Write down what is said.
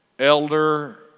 elder